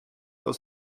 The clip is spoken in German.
aus